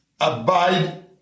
abide